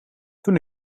toen